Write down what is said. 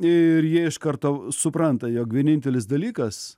ir jie iš karto supranta jog vienintelis dalykas